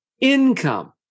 income